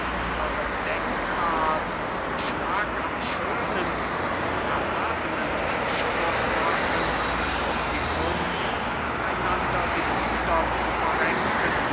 denkart und geschmack am schönen und erhabenen anspruch machen auf die kunst einander die glieder zu verrenken